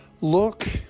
look